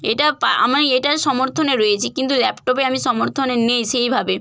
এটা পা আমি এটার সমর্থনে রয়েছি কিন্তু ল্যাপটপে আমি সমর্থনে নেই সেইভাবে